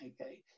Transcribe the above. okay